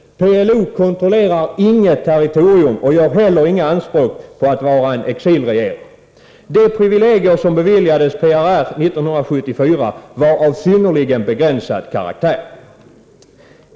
PLO kontrollerar inget territorium och gör heller inga anspråk på att vara en exilregering. De privilegier som beviljades PRR år 1974 var av synnerligen begränsad karaktär.